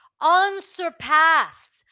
unsurpassed